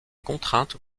contraintes